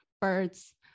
birds